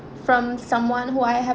from someone who I ha~